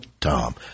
Tom